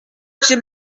j’ai